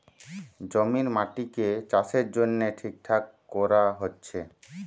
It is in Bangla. জমির মাটিকে চাষের জন্যে ঠিকঠাক কোরা হচ্ছে